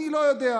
אני לא יודע.